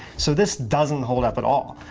so this doesn't hold up at all.